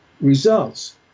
results